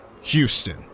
Houston